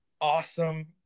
awesome